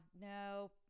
No